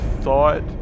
thought